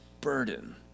burden